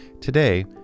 today